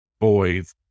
Boys